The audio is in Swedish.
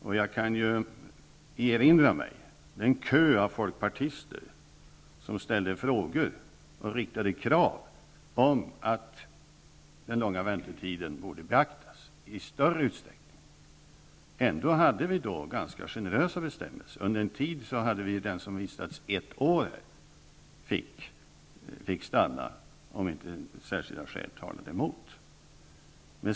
Och jag erinrar mig den kö av folkpartister som ställde frågor om och riktade krav på att den långa väntetiden borde beaktas i större utsträckning. Ändå var bestämmelserna då ganska generösa. Under en tid gällde att den som hade vistats ett år här fick stanna, om inte särskilda skäl talade emot.